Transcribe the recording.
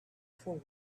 for